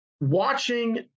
watching